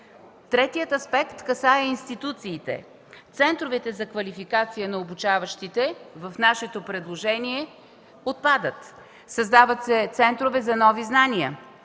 Третият аспект касае институциите. Центровете за квалификация на обучаващите в нашето предложение отпадат. Създават се центрове за нови знания.